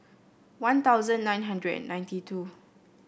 One Thousand nine hundred and ninety two